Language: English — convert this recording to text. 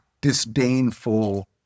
disdainful